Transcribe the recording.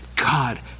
God